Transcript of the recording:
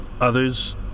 Others